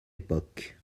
époque